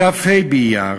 בכ"ה באייר